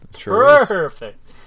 Perfect